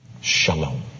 shalom